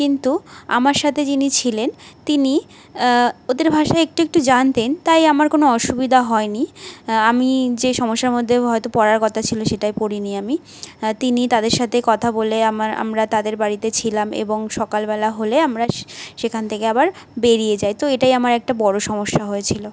কিন্তু আমার সাথে যিনি ছিলেন তিনি ওদের ভাষা একটু একটু জানতেন তাই আমার কোনো অসুবিধা হয়নি আমি যে সমস্যার মধ্যে হয়তো পড়ার কথা ছিল সেটায় পড়িনি আমি তিনি তাদের সাথে কথা বলে আমার আমরা তাদের বাড়িতে ছিলাম এবং সকালবেলা হলে আমরা সেখান থেকে আবার বেরিয়ে যাই তো এটাই আমার একটা বড়ো সমস্যা হয়েছিলো